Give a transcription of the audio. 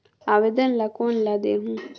आवेदन ला कोन ला देहुं?